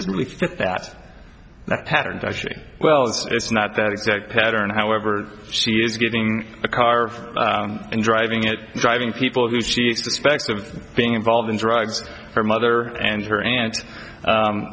doesn't really fit that pattern well it's not that exact pattern however she is getting a car and driving it driving people who she expects of being involved in drugs her mother and her aunt